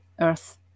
Earth